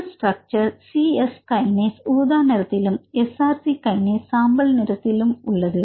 இந்த ஸ்ட்ரக்ச்சர்ல் c YES Kinase ஊதா நிறத்திலும் SRC Kinase சாம்பல் நிறத்திலும் உள்ள உள்ளது